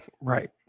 Right